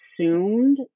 assumed